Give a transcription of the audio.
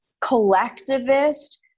collectivist